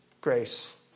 grace